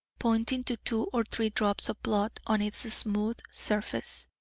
pointing to two or three drops of blood on its smooth surface.